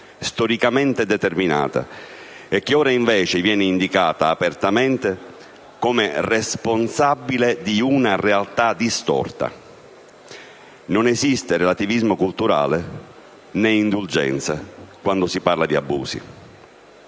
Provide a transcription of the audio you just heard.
storicamente determinata, è ora invece indicato apertamente come responsabile di una realtà distorta. Non esiste relativismo culturale né indulgenza quando si parla di abusi.